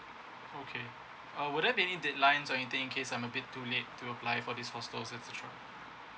okay uh would there be any deadlines or anything in case I'm a bit too late to apply for this hostel or etcetera